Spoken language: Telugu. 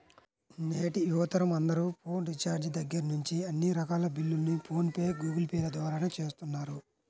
నేటి యువతరం అందరూ ఫోన్ రీఛార్జి దగ్గర్నుంచి అన్ని రకాల బిల్లుల్ని ఫోన్ పే, గూగుల్ పే ల ద్వారానే చేస్తున్నారు